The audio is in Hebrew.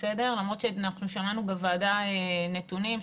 למרות שאנחנו שמענו בוועדה נתונים,